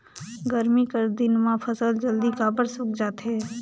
गरमी कर दिन म फसल जल्दी काबर सूख जाथे?